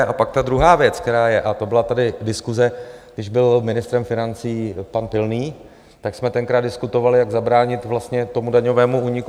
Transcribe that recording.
A pak ta druhá věc, která je, a to byla tady diskuse, když byl ministrem financí pan Pilný, tak jsme tenkrát diskutovali, jak zabránit vlastně tomu daňovému úniku.